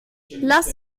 lass